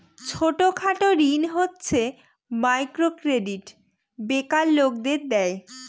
ছোট খাটো ঋণ হচ্ছে মাইক্রো ক্রেডিট বেকার লোকদের দেয়